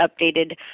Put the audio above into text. updated